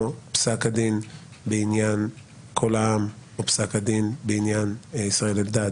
כמו פסק הדין בעניין קול העם או פסק הדין בעניין ישראל אלדד